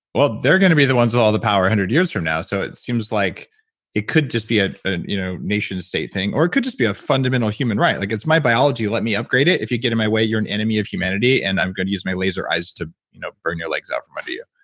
well they're going to be the ones with all the power one hundred years from now, so it seems like it could just be a you know nation state thing, or it could just be a fundamental human right, like it's my biology, let me upgrade it. if you get in my way, you're an enemy of humanity and i'm going to use my laser eyes to you know burn your legs out from under you.